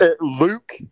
Luke